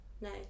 No